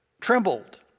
trembled